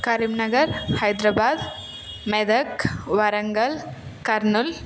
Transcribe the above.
Karimnagar Hyderabad Medak Warangal Kurnool